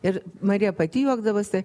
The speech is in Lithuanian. ir marija pati juokdavosi